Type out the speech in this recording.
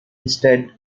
instead